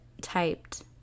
typed